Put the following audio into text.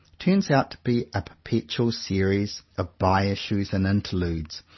turns out to be a perpetual series of bye-issues and interludes,